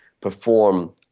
perform